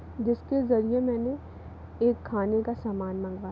जिसके ज़रिए मैंने एक खाने का सामान मंगवाया